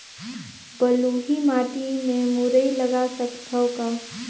बलुही माटी मे मुरई लगा सकथव का?